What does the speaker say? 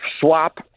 swap